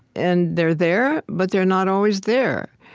and they're there, but they're not always there.